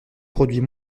produits